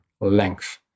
length